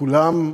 וכולם שואלים: